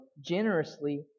generously